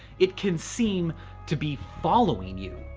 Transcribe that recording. it can seem to be following you.